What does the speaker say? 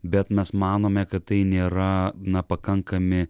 bet mes manome kad tai nėra na pakankami